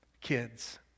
kids